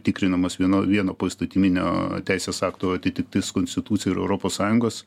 tikrinamas vieno vieno poįstatyminio teisės akto atitiktis konstitucijai ir europos sąjungos